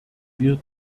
wir